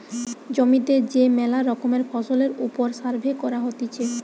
জমিতে যে মেলা রকমের ফসলের ওপর সার্ভে করা হতিছে